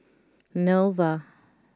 Nova